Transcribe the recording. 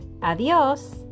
¡Adiós